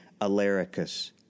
Alaricus